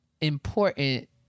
important